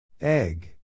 Egg